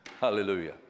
Hallelujah